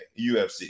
UFC